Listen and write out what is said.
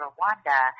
Rwanda